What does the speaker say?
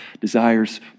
desires